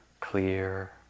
clear